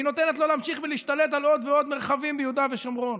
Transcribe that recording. והיא נותנת לו להמשיך ולהשתלט על עוד ועוד מרחבים ביהודה ושומרון,